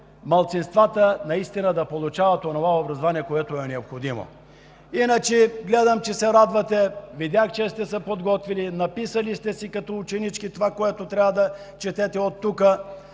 малцинствата наистина да получават онова образование, което е необходимо. Гледам иначе, че се радвате, видях, че сте се подготвили, написали сте си като ученички това, което трябва да четете оттук,